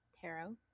tarot